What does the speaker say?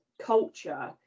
culture